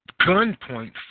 Gunpoint